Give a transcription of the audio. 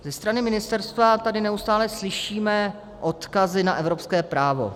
Ze strany ministerstva tady neustále slyšíme odkazy na evropské právo.